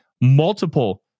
multiple